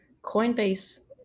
coinbase